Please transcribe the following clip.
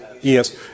yes